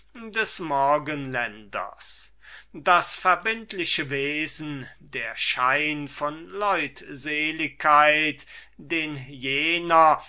der morgenländer das verbindliche wesen der schein von leutseligkeit so der